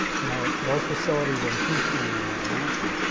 you know, those facilities in houston and atlanta